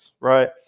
right